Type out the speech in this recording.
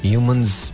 Humans